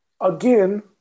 again